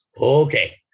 okay